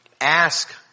Ask